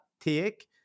take